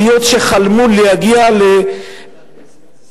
עליות שחלמו להגיע לארץ-ישראל,